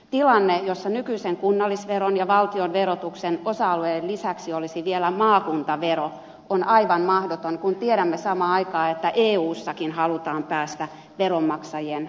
tilanne jossa nykyisen kunnallisveron ja valtionverotuksen osa alueen lisäksi olisi vielä maakuntavero on aivan mahdoton kun tiedämme samaan aikaan että eussakin halutaan päästä veronmaksajien kukkarolle